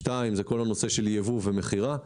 שתיים, זה כל הנושא של ייבוא ומכירה.